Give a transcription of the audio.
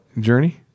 Journey